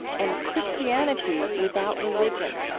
and christianity without religion.